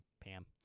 Pam